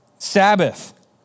Sabbath